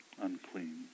unclean